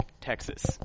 Texas